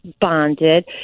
bonded